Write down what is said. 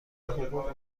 حقوق